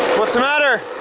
what's the matter?